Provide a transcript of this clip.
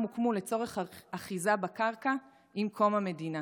הוקמו לצורך אחיזה בקרקע עם קום המדינה.